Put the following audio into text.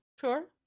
Sure